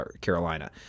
Carolina